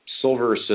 silver